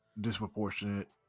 disproportionate